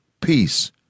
Peace